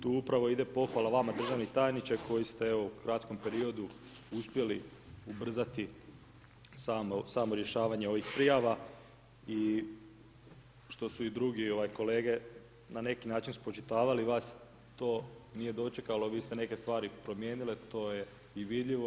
Tu upravo ide pohvala vama državni tajniče koji ste evo u kratkom periodu uspjeli ubrzati samo rješavanje ovih prijava i što su i drugi kolege na neki način spočitavali vas to nije dočekalo, vi ste neke stvari promijenile, to je i vidljivi.